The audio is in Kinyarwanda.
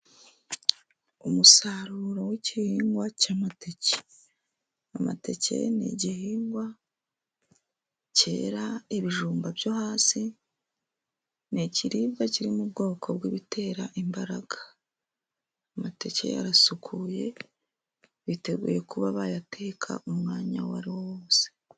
Umusaruro w'igihingwa cy'amateke. Amateke ni igihingwa cyera ibijumba byo hasi. Ni ikiribwa kiri mu bwoko bw'ibitera imbaraga. Amateke arasukuye, biteguye kuba bayateka umwanya uwo ari wo wose.